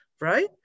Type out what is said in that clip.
right